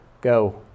Go